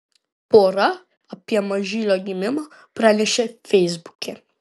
pora apie mažylio gimimą pranešė feisbuke